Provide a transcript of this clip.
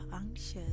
anxious